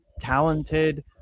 talented